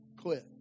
quit